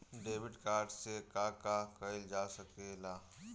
Debit card से का का कइल जा सके ला?